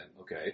okay